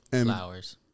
Flowers